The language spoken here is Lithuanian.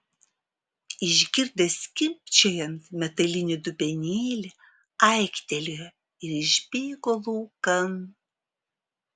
išgirdęs skimbčiojant metalinį dubenėlį aiktelėjo ir išbėgo laukan